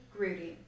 Grudy